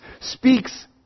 speaks